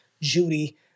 Judy